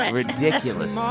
ridiculous